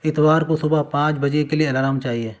اتوار کو صبح پانچ بجے کے لیے الارم چاہیے